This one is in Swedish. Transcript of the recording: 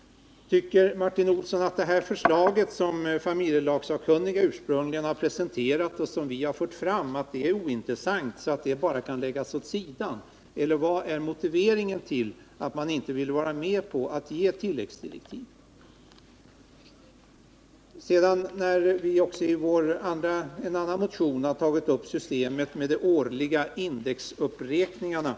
Tycker Martin Olsson att det här förslaget som familjelagssakkunniga ursprungligen har presenterat och som vi har fört fram är ointressant, varför det bara kan läggas åt sidan, eller vad är motiveringen till att man inte vill ge tilläggsdirektiv? I en annan motion har vi tagit upp systemet med de årliga indexuppräkningarna.